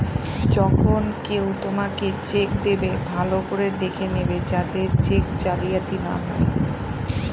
যখন কেউ তোমাকে চেক দেবে, ভালো করে দেখে নেবে যাতে চেক জালিয়াতি না হয়